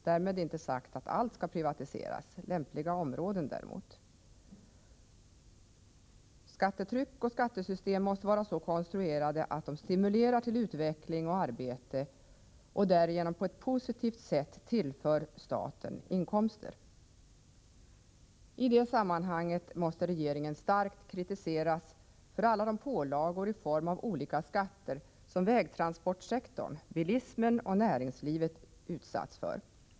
Därmed är inte sagt att allt skall privatiseras; lämpliga områden däremot. Skattetryck och skattesystem måste vara så konstruerade att de stimulerar till utveckling och arbete och därigenom på ett positivt sätt tillför staten inkomster. I det sammanhanget måste regeringen starkt kritiseras för alla de pålagor i form av olika skatter som vägtransportsektorn — bilismen och näringslivet — utsätts för.